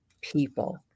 people